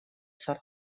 sor